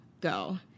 go